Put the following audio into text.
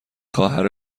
خواهر